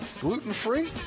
Gluten-free